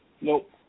Nope